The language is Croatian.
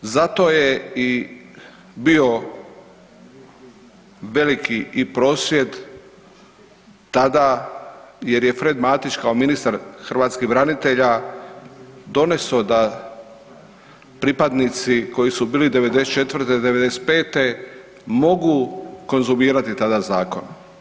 Zato je i bio veliki i prosvjed tada jer je Fred Matić kao ministar hrvatskih branitelja doneso da pripadnici koji su bili '94., '95. mogu konzumirati tada zakon.